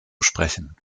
sprechen